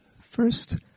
first